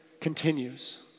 continues